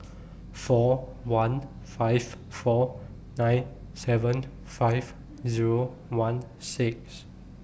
four one five four nine seven five Zero one six